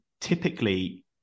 typically